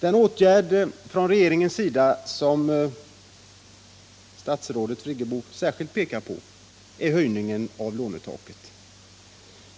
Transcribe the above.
Den åtgärd från regeringens sida som statsrådet Friggebo särskilt pekar på är höjningen av lånetaket.